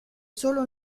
solo